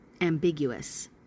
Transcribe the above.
ambiguous